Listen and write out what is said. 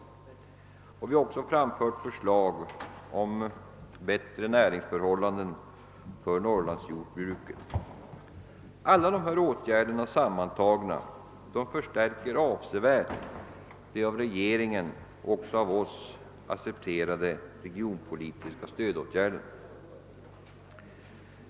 Vi har också framfört förslag om åtgärder som skulle förbättra förhållandena för Norrlandsjordbruket. Alla dessa åtgärder sammantagna skulle avsevärt förstärka de av regeringen och även av oss accepterade regionpolitiska stödåtgärderna.